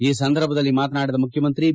ಈ ಸಂದರ್ಭದಲ್ಲಿ ಮಾತನಾಡಿದ ಮುಖ್ಯಮಂತ್ರಿ ಬಿ